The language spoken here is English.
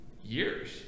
years